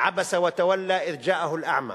"עָבַּסַ וַתַוַולַא אַן גַ'אאַה אל-אַעְמַא".